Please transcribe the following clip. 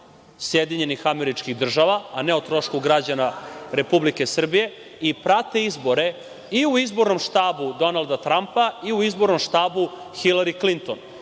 Americi, o trošku Vlade SAD, a ne o trošku građana Republike Srbije i prate izbore i u izbornom štabu Donalda Trampa i u izbornom štabu Hilari Klinton.